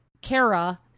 Kara